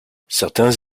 certains